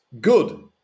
good